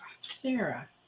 Sarah